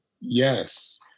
Yes